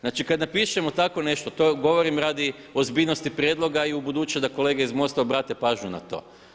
Znači kad napišemo takvo nešto to govorim radi ozbiljnosti prijedloga i ubuduće da kolege iz MOST-a obrate pažnju na to.